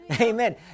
Amen